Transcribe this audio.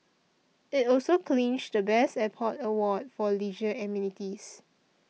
it also clinched the best airport award for leisure amenities